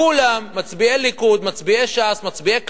כולם, מצביעי ליכוד, מצביעי ש"ס, מצביעי קדימה,